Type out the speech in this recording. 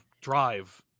drive